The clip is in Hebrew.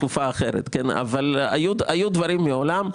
היו דברים מעולם.